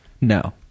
No